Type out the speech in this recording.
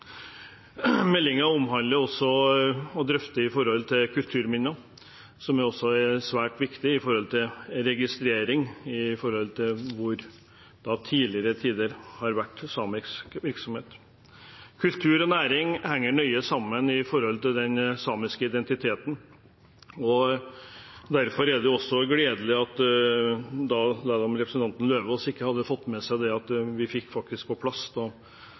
Meldingen omhandler og drøfter også kulturminner, som er svært viktig med hensyn til registrering av hvor det i tidligere tider har vært samisk virksomhet. Kultur og næring henger nøye sammen med den samiske identiteten, og derfor er det også gledelig – selv om ikke representanten Lauvås hadde fått det med seg – at vi faktisk fikk på plass